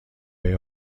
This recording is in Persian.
های